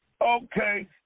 okay